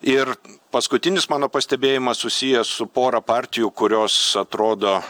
ir paskutinis mano pastebėjimas susijęs su pora partijų kurios atrodo